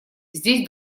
здесь